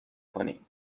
کنی